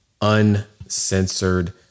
Uncensored